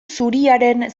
zuriaren